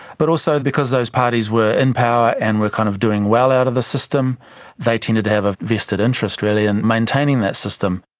but also because those parties were in power and were kind of doing well out of the system they tended to have a vested interest in maintaining that system.